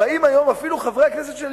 באים היום אפילו חברי הכנסת של הליכוד,